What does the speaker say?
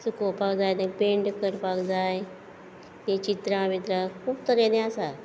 सुकोवपाक जाय तें पैंट करपाक जाय तीं चित्रां बित्रां खूब तरेंनी आसा